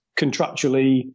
contractually